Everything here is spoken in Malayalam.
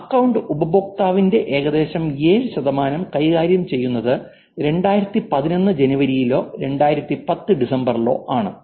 അക്കൌണ്ട് ഉപയോക്താവിന്റെ ഏകദേശം 7 ശതമാനം കൈകാര്യം ചെയ്യുന്നത് 2011 ജനുവരിയിലോ 2010 ഡിസംബറിലോ ആണ്